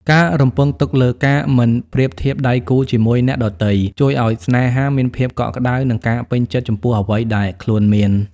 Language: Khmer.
ការរំពឹងទុកលើ "ការមិនប្រៀបធៀបដៃគូជាមួយអ្នកដទៃ" ជួយឱ្យស្នេហាមានភាពកក់ក្ដៅ និងការពេញចិត្តចំពោះអ្វីដែលខ្លួនមាន។